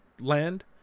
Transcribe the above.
land